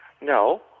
No